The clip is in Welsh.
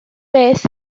beth